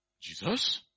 Jesus